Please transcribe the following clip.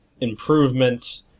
improvement